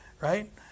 right